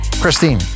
Christine